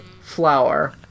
flower